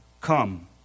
Come